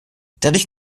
dadurch